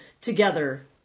together